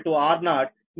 4